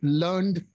learned